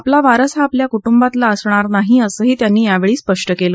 आपला वारस हा आपल्या कुटुंबातला असणार नाही असंही त्यांनी यावेळी स्पष्ट केलं